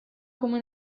come